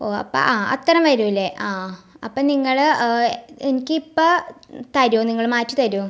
ഓ അപ്പം അ അത്തരം വരുമല്ലേ ആ അപ്പം നിങ്ങൾ എനിക്ക് ഇപ്പം തരുമോ നിങ്ങൾ മാറ്റി തരുമോ